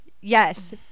Yes